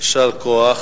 יישר כוח.